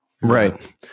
Right